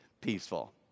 Peaceful